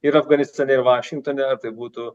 ir afganistane ir vašingtone tai būtų